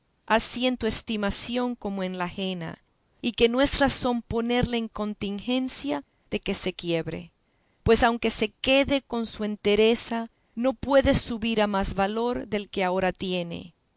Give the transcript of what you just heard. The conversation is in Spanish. tu estimación como en la ajena y que no es razón ponerla en contingencia de que se quiebre pues aunque se quede con su entereza no puede subir a más valor del que ahora tiene